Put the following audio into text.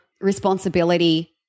responsibility